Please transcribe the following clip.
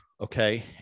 Okay